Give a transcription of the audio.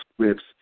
scripts